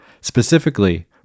Specifically